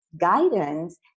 guidance